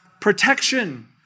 protection